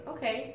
Okay